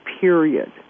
period